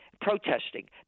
protesting